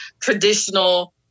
traditional